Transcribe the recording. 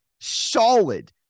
solid